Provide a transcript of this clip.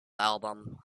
album